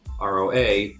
ROA